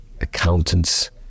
accountants